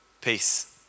Peace